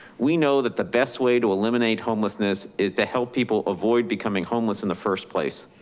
we know that the best way to eliminate homelessness is to help people avoid becoming homeless in the first place.